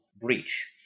breach